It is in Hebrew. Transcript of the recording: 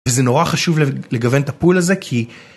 וזה נורא חשוב לגוון את הפול הזה כי